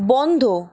বন্ধ